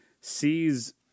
sees